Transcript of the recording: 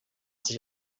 sich